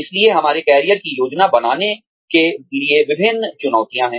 इसलिए हमारे करियर की योजना बनाने के लिए विभिन्न चुनौतियाँ हैं